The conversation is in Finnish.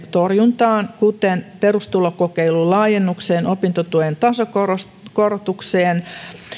torjuntaan kuten perustulokokeilun laajennukseen opintotuen tasokorotukseen